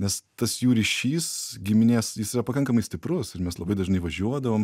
nes tas jų ryšys giminės jis yra pakankamai stiprus ir mes labai dažnai važiuodavom